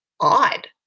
odd